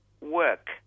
work